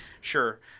Sure